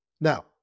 Now